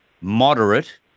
moderate